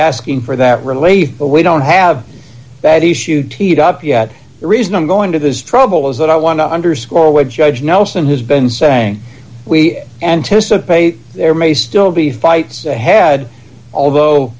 asking for that relief but we don't have that issue teed up yet the reason i'm going to this trouble is that i want to underscore what judge nelson has been saying we anticipate there may still be fights ahead although